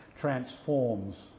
transforms